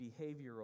behavioral